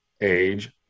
age